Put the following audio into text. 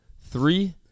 three